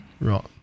Right